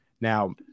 Now